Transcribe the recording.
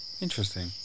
interesting